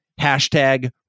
Hashtag